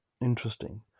interesting